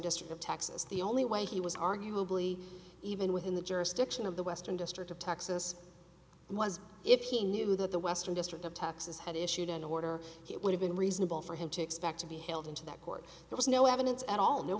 district of texas the only way he was arguably even within the jurisdiction of the western district of texas was if he knew that the western district of texas had issued an order it would have been reasonable for him to expect to be hailed into that court there was no evidence at all no